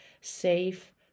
safe